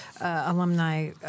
alumni